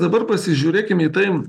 dabar pasižiūrėkim į tai